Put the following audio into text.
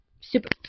super